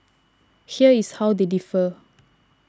here is how they differ